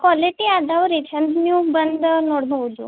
quality ಅದಾವೆ ರೀ ಚಂದ ನೀವು ಬಂದು ನೋಡಬಹುದು